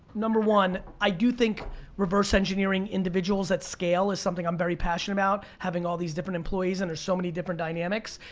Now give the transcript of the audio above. number one, i do think reverse engineering individuals at scale is something i'm very passionate about, having all these different employees and there's so many different dynamics,